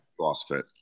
CrossFit